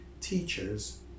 teachers